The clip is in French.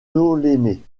ptolémée